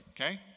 okay